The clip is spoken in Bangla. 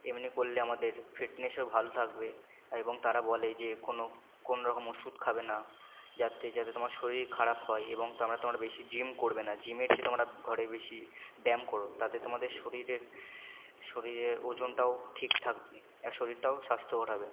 এমনি করলে আমাদের ফিটনেসও ভালো থাকবে এবং তারা বলে যে কোনো কোনো রকম ওষুধ খাবে না যাতে যাতে তোমার শরীর খারাপ হয় এবং তোমরা বেশি জিম করবে না জিমের চেয়ে তোমরা ঘরে বেশি ব্যায়াম করো তাতে তোমাদের শরীরের শরীরের ওজনটাও ঠিক আর শরীরটাও থাকবে স্বাস্থ্যকর হবে